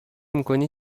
میکنی